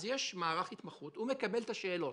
יש מערך התמחות, והוא מקבל את השאלות.